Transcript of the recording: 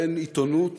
בין עיתונות